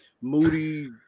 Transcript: Moody